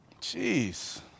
Jeez